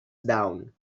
down